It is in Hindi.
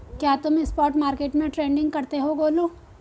क्या तुम स्पॉट मार्केट में ट्रेडिंग करते हो गोलू?